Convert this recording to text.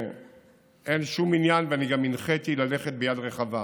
שאין שום עניין, ואני גם הנחיתי ללכת ביד רחבה,